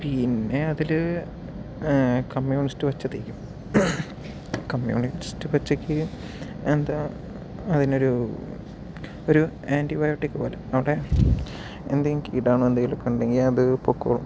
പിന്നെ അതില് കമ്മ്യൂണിസ്ററ് പച്ച തേക്കും കമ്മ്യൂണിസ്റ്റ് പച്ചയ്ക്ക് എന്താ അതിനൊരു ഒരു ആന്റിബിയോട്ടിക് പോലെ അവിടെ എന്തെങ്കിലും കിടാണു ഉണ്ടെങ്കിൽ അത് പോക്കോളും